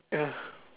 ya